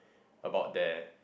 about there